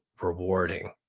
rewarding